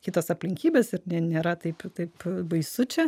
kitos aplinkybės nėra taip taip baisu čia